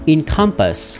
Encompass